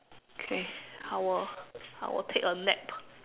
okay I will I will take a nap